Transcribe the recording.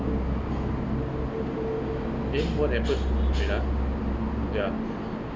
eh what happen wait ah ya